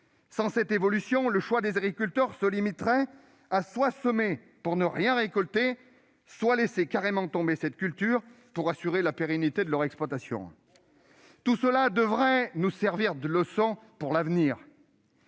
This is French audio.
Sans cette évolution, le choix des agriculteurs se limiterait à semer pour ne rien récolter ou, carrément, à laisser tomber cette culture pour assurer la pérennité de leur exploitation. Tout cela devrait nous servir de leçon pour l'avenir.